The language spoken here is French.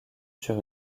sur